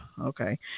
okay